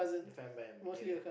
fan man ya